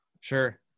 Sure